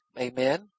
amen